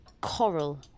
Coral